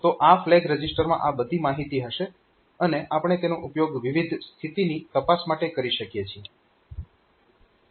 તો આ ફ્લેગ રજીસ્ટરમાં આ બધી માહિતી હશે અને આપણે તેનો ઉપયોગ વિવિધ સ્થિતિની તપાસ માટે કરી શકીએ છીએ